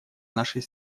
нашей